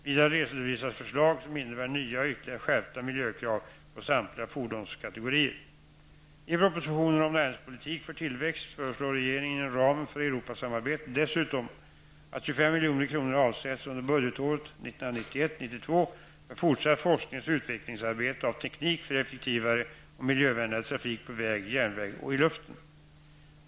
Vidare redovisas förslag som innebär nya och ytterligare skärpta miljökrav på samtliga fordonskategorier. Europasamarbetet dessutom att 25 milj.kr. avsätts under budgetåret 1991/92 för fortsatt forskningsoch utvecklingsarbete av teknik för effektivare och miljövänligare trafik på väg, järnväg och i luften.